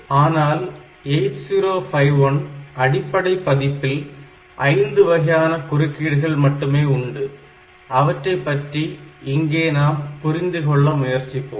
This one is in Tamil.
ஆனால் 8051 அடிப்படை பதிப்பில் ஐந்து வகையான குறுக்கீடுகள் மட்டுமே உண்டு அவற்றைப் பற்றி இங்கே நாம் புரிந்து கொள்ள முயற்சிப்போம்